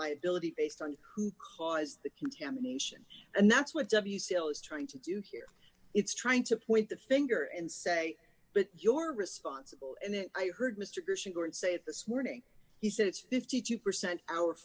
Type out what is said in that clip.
liability based on who caused the contamination and that's what w still is trying to do here it's trying to point the finger and say but your responsible and then i heard mr gerson go and say it this morning he said it's fifty two percent our